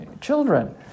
children